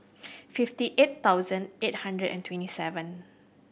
fifty eight thousand eight hundred and twenty seven